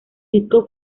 disco